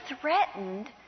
threatened